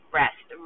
rest